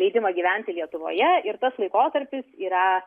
leidimą gyventi lietuvoje ir tas laikotarpis yra